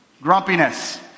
Grumpiness